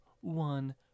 one